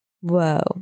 whoa